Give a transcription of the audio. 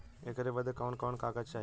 ऐकर बदे कवन कवन कागज चाही?